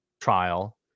trial